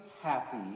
happy